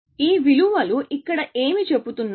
ఈ విలువలు ఇక్కడ ఏమి చెబుతున్నాయి